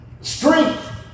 strength